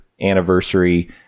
anniversary